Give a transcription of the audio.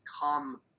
become